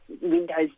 windows